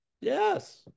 Yes